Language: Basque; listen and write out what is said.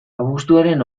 abuztuaren